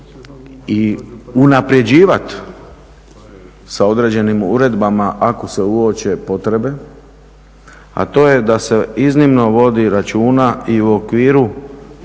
i unaprjeđivati sa određenim uredbama ako se uoče potrebe, a to je da se iznimno vodi računa i u okviru